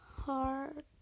hard